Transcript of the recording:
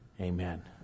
Amen